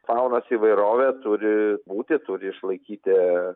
faunos įvairovė turi būti turi išlaikyti